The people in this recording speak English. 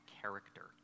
character